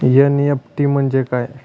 NEFT म्हणजे काय?